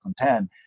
2010